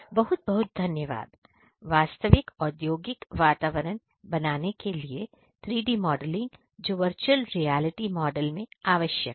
बहुत बहुत धन्यवाद वास्तविक औद्योगिक वातावरण बनाने के लिए 3D मॉडलिंग जो वर्चुअल रियलिटी मॉडल में आवश्यक है